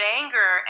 anger